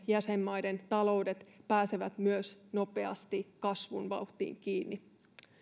jäsenmaiden taloudet pääsevät nopeasti kasvun vauhtiin kiinni